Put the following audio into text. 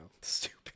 Stupid